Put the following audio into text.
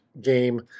game